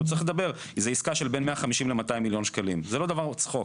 צריך לדבר כי זו עסקה של בין 150 ל-200 מיליון שקלים וזה לא צחוק.